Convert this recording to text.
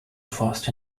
fast